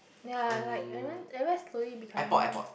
ya like everyone everywhere slowly becoming